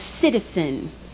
citizen